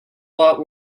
lot